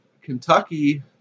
Kentucky –